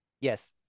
Yes